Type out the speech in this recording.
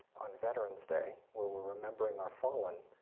on veterans day, where we're remembering our fallen,